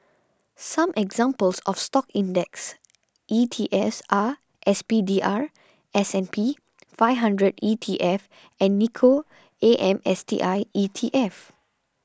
some examples of stock index E T S R S P D R S and P Five Hundred E T F and Nikko A M S T I E T F